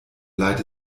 leid